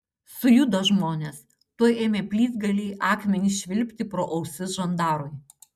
sujudo žmonės tuoj ėmė plytgaliai akmenys švilpti pro ausis žandarui